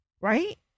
Right